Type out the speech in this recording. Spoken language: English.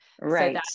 Right